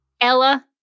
Ella